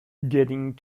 getting